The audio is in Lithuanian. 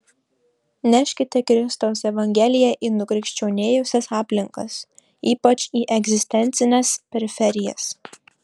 neškite kristaus evangeliją į nukrikščionėjusias aplinkas ypač į egzistencines periferijas